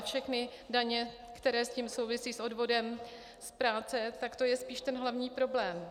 Všechny daně, které s tím souvisí, s odvodem z práce, tak to je spíš ten hlavní problém.